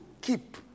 keep